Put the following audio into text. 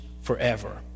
forever